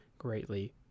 Greatly